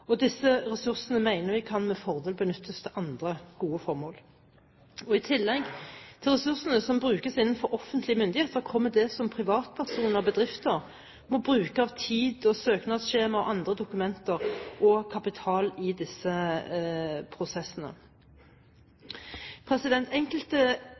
Disse ressursene mener vi med fordel kan benyttes til andre gode formål. I tillegg til ressursene som brukes innenfor offentlige myndigheter, kommer det som privatpersoner og bedrifter må bruke av tid, søknadsskjemaer, andre dokumenter og kapital på disse prosessene. Enkelte